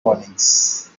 warnings